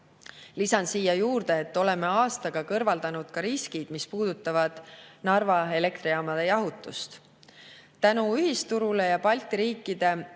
Lisan siia juurde, et oleme aastaga kõrvaldanud ka riskid, mis puudutavad Narva elektrijaamade jahutust. Tänu ühisturule ja Balti riike